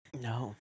No